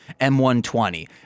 M120